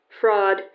Fraud